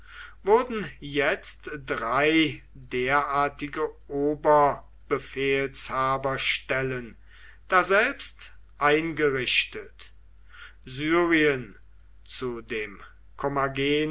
wurden jetzt drei derartige oberbefehlshaberstellen daselbst eingerichtet syrien zu dem